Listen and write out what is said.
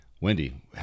Wendy